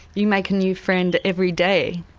you make a new friend every day.